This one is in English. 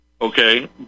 okay